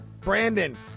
Brandon